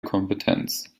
kompetenz